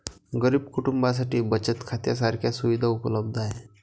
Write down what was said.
गरीब कुटुंबांसाठी बचत खात्या सारख्या सुविधा उपलब्ध आहेत